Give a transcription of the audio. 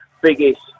biggest